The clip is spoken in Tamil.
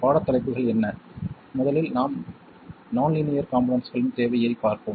பாடத் தலைப்புகள் என்ன முதலில் நாம் நான் லீனியர் காம்போனெண்ட்ஸ்களின் தேவையைப் பார்ப்போம்